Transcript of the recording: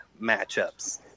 matchups